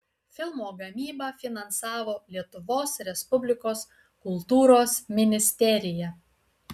filmo gamybą finansavo lietuvos respublikos kultūros ministerija